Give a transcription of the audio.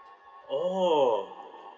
oh